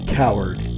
coward